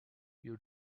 you